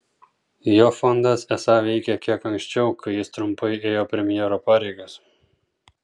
jo fondas esą veikė kiek anksčiau kai jis trumpai ėjo premjero pareigas